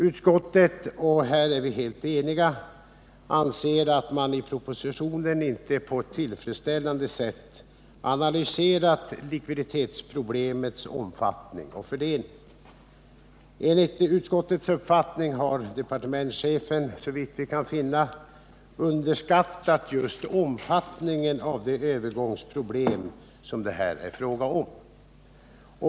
Utskottet — och här är vi helt eniga — anser att man i propositionen inte på ett tillfredsställande sätt analyserat likviditetsproblemets omfattning och fördelning. Enligt utskottets uppfattning har departementschefen — såvitt vi kan finna — underskattat just omfattningen av de övergångsproblem som det här är fråga om.